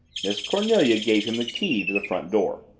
miss cornelia gave him the key to the front door.